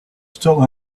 still